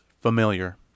familiar